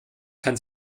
kann